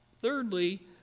thirdly